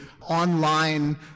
online